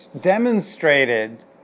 demonstrated